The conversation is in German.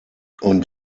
und